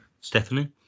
Stephanie